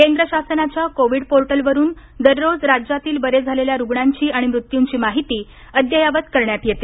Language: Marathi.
केंद्र शासनाच्या कोविड पोर्टल वरून दररोज राज्यातील बरे झालेल्या रुग्णांची आणि मृत्यूंची माहिती अद्ययावत करण्यात येते